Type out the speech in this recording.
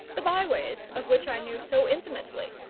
the by-ways of which i knew so intimately.